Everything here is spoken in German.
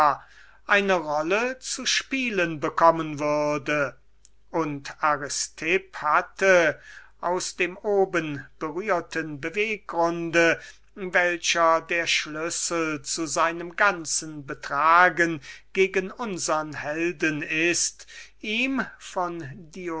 eine rolle zu spielen bekommen würde und aristipp hatte aus dem obenberührten beweggrunde der der schlüssel zu seinem ganzen betragen gegen unsern helden ist ihm von